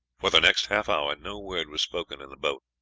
for the next half hour no word was spoken in the boat.